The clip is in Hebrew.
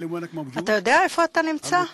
אתה יודע איפה אתה נמצא?